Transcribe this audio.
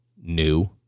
new